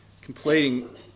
completing